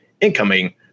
incoming